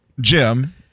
Jim